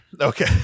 Okay